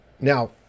Now